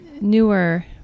newer